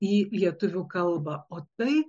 į lietuvių kalbą o tai